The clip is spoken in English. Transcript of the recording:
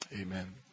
Amen